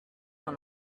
dans